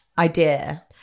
idea